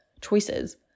choices